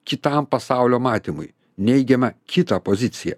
kitam pasaulio matymui neigiame kitą poziciją